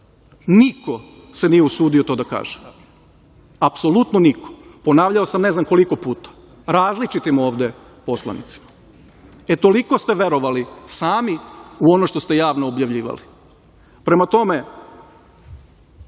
Niko se nije usudio to da kaže, apsolutno niko. Ponavljao sam ne znam koliko puta, različitim ovde poslanicima. E, toliko ste verovali sami u ono što ste javno objavljivali. Prema tome,